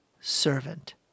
servant